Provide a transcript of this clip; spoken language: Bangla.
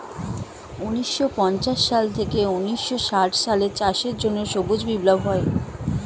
ঊন্নিশো পঞ্চাশ সাল থেকে ঊন্নিশো ষাট সালে চাষের জন্য সবুজ বিপ্লব হয়